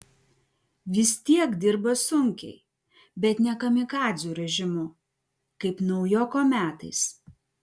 vis tiek dirba sunkiai bet ne kamikadzių režimu kaip naujoko metais